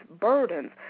burdens